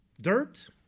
dirt